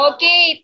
Okay